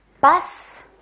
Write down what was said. Bus